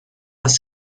las